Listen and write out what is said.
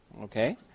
Okay